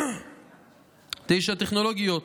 9. טכנולוגיות,